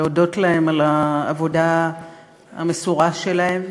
להודות להם על העבודה המסורה שלהם.